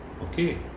Okay